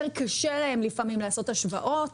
יותר קשה להם לפעמים לעשות השוואות,